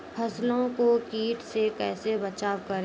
फसलों को कीट से कैसे बचाव करें?